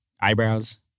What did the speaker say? eyebrows